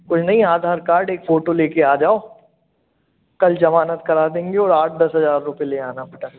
कुछ नहीं आधार कार्ड एक फोटो लेकर आ जाओ कल ज़मानत करा देंगे और आठ दस हज़ार रुपये ले आना